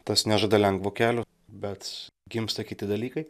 tas nežada lengvo kelio bet gimsta kiti dalykai